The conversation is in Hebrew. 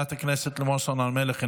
חברת הכנסת לימור סון הר מלך,